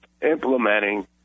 implementing